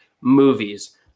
movies